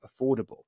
affordable